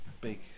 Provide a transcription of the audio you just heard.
big